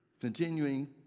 Continuing